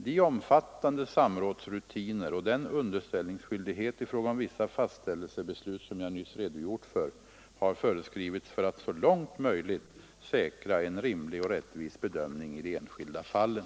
De omfattande samrådsrutiner och den underställningsskyldighet i fråga om vissa fastställelsebeslut som jag nyss redogjort för har föreskrivits för att så långt möjligt säkra en rimlig och rättvis bedömning i de enskilda fallen.